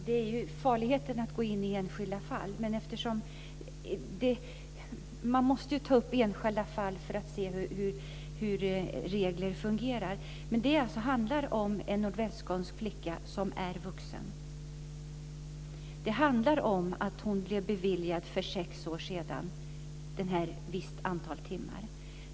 Fru talman! Det är farligt att gå in på enskilda fall, men man måste ta upp enskilda fall för att se hur regler fungerar. Det handlar om en nordvästskånsk flicka som är vuxen. Hon blev för sex år sedan beviljad ett visst antal timmar.